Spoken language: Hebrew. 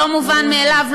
לא מובן מאליו.